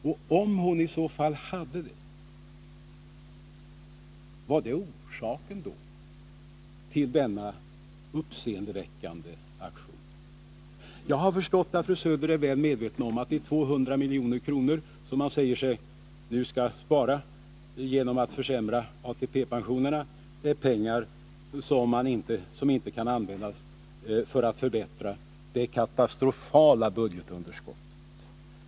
Och om hon hade det, var det orsaken till denna uppseendeväckande aktion? Jag har förstått att fru Söder är väl medveten om att de 200 milj.kr. som man nu säger sig spara genom att försämra ATP-pensionerna är pengar som inte kan användas för att förbättra det katastrofala budgetunderskottet.